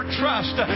trust